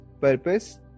purpose